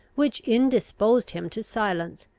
which indisposed him to silence,